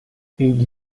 egli